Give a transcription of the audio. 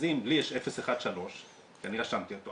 אז אם לי יש 013 רשמתי אותו,